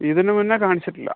ഇതിനു മുന്നേ കാണിച്ചിട്ടില്ല